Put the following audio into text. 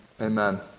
Amen